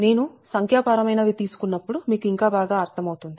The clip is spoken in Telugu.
నేను సంఖ్యాపరమైన వి తీసుకున్నప్పుడు మీకు ఇంకా బాగా అర్థమవుతుంది